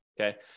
okay